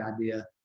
idea